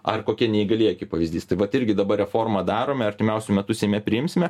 ar kokie neįgalieji kaip pavyzdys tai vat irgi dabar reformą darome artimiausiu metu seime priimsime